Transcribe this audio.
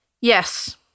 Yes